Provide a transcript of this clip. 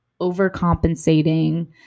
overcompensating